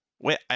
wait